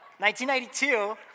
1992